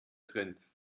trends